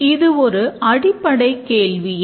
இது ஒரு அடிப்படை கேள்வியே